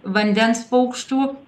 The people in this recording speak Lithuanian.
vandens paukštų